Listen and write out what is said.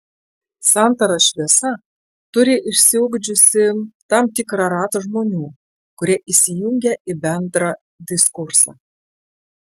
santara šviesa turi išsiugdžiusi tam tikrą ratą žmonių kurie įsijungia į bendrą diskursą